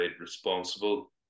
responsible